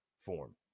form